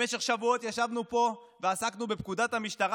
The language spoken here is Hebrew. במשך שבועות ישבנו פה ועסקנו בפקודת המשטרה